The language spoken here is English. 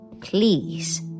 Please